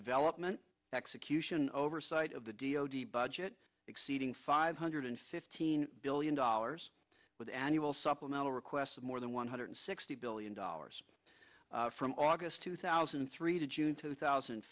development execution oversight of the d o d budget exceeding five hundred fifteen billion dollars with annual supplemental request of more than one hundred sixty billion dollars from august two thousand and three to june two thousand and